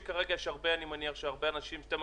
אני מניח שכרגע יש הרבה אנשים שמחכים.